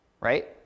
right